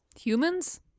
Humans